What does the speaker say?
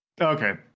Okay